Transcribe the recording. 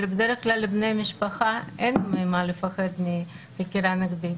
אבל בדרך כלל לבני משפחה אין ממה לפחד מחקירה נגדית,